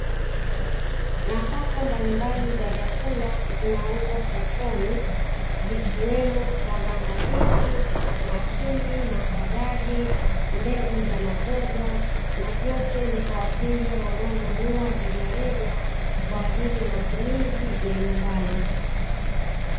Nafaka mbalimbali za vyakula, zinauzwa sokoni, zikiwemo: karanga mbichi, mahindi, maharage, mbegu za maboga na vyote ni kwa wateja wanaonunua rejereja kwa ajili ya matumizi ya nyumbani.